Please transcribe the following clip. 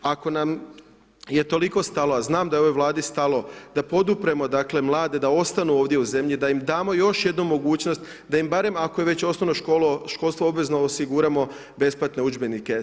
Ako nam je toliko stalo, a znam da je ovoj Vladi stalo da podupremo dakle vlade da ostanu ovdje u zemlji da im damo još jednu mogućnost da im barem ako je već osnovno školstvo obvezno osiguramo besplatne udžbenike.